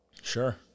Sure